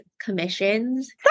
commissions